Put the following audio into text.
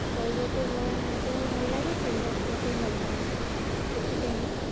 କହିବାକୁ ମଧ୍ୟ ଭଲ ଲାଗେ ଶୁଣିବାକୁ ମଧ୍ୟ ଭଲ ଲାଗେ ସେଥିପାଇଁ